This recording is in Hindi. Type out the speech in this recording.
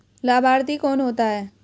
लाभार्थी कौन होता है?